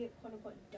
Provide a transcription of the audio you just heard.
quote-unquote